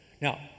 Now